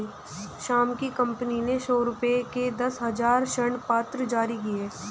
श्याम की कंपनी ने सौ रुपये के दस हजार ऋणपत्र जारी किए